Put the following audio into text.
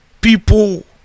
people